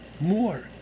more